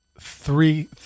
three